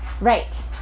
Right